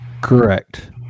Correct